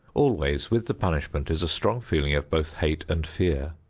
always with the punishment is a strong feeling of both hate and fear.